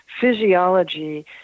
physiology